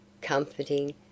comforting